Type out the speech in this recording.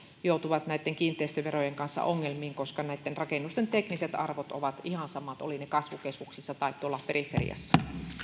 joutuvat näitten kiinteistöverojen kanssa ongelmiin koska näitten rakennusten tekniset arvot ovat ihan samat olivat ne kasvukeskuksissa tai tuolla periferiassa